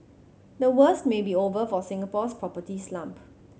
the worst may be over for Singapore's property slump